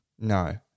No